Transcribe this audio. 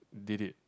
did it